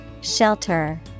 Shelter